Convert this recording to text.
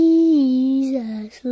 Jesus